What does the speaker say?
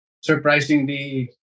surprisingly